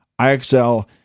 IXL